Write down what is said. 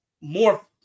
more